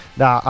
da